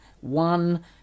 one